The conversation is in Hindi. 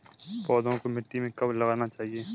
पौधों को मिट्टी में कब लगाना चाहिए?